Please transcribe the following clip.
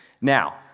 Now